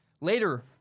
Later